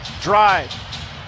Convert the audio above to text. drive